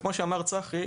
כמו שאמר צחי,